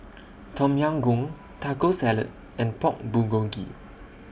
Tom Yam Goong Taco Salad and Pork Bulgogi